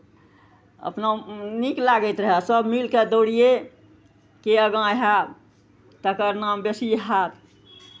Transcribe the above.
अपना नीक लागैत रहय सभ मिलि कऽ दौड़ियै के आगाँ हैब तकर नाम बेसी हैत